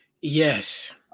Yes